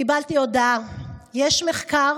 קיבלתי הודעה שיש מחקר